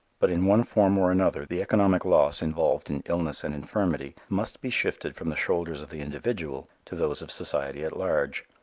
but in one form or another, the economic loss involved in illness and infirmity must be shifted from the shoulders of the individual to those of society at large.